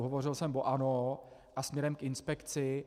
Hovořil jsem o ANO a směrem k inspekci.